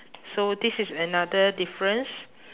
so this is another difference